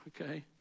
okay